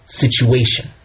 situation